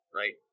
right